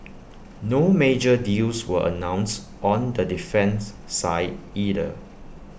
no major deals were announced on the defence side either